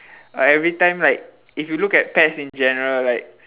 like every time like if you look at pets in general like